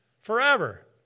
forever